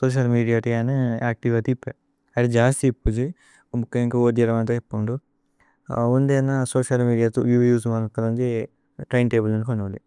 Social മേദിഅതേ। ജനി active അതി ഇപ്പേ ഏത ജസി ഇപ്പേ ജി ഉമ്ബുക്ക। ജന്കു ഓധ്വിര മന്ദ ഇപ്പേ ഓന്ദോ ഓന്ദ ജന സോചിഅല്। മേദിഅതു ഉസേ മന്ദ കോന്ജേ ത്രൈന് തബ്ലേ മന്ദ പനവലേ।